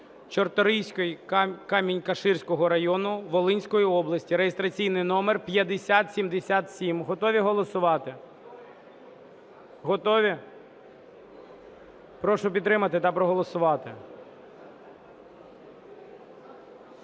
Чорторийськ Камінь-Каширського району Волинської області (реєстраційний номер 5077). Готові голосувати? Готові? Прошу підтримати та проголосувати.